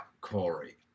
Corey